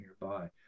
nearby